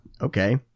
Okay